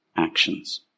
actions